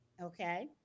Okay